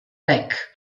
beck